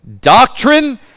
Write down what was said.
Doctrine